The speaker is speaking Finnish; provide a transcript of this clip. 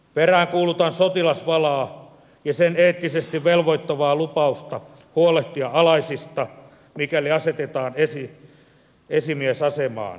peräänkuulutan sotilasvalaa ja sen eettisesti velvoittavaa lupausta huolehtia alaisista mikäli asetetaan esimiesasemaan